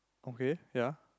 okay ya